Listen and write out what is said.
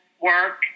work